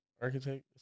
architect